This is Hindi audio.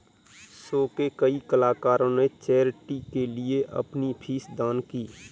शो के कई कलाकारों ने चैरिटी के लिए अपनी फीस दान की